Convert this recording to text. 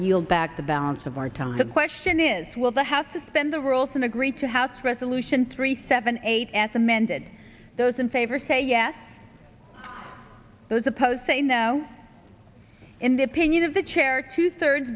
yield back the balance of our time the question is will the house suspend the rules and agree to house resolution three seven eight as amended those in favor say yes those opposed say now in the opinion of the chair two thirds